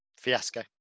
fiasco